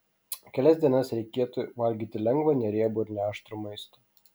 kelias dienas reikėtų valgyti lengvą neriebų ir neaštrų maistą